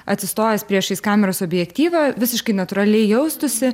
atsistojęs priešais kameros objektyvą visiškai natūraliai jaustųsi